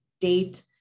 date